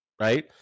right